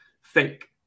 fake